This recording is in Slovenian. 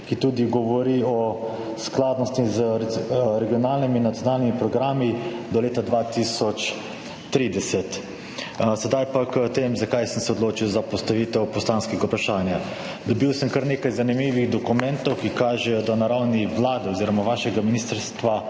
ki tudi govori o skladnosti z regionalnimi in nacionalnimi programi do leta 2030. Sedaj pa k temu, zakaj sem se odločil za postavitev poslanskega vprašanja. Dobil sem kar nekaj zanimivih dokumentov, ki kažejo, da na ravni vlade oziroma vašega ministrstva